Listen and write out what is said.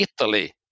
Italy